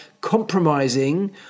compromising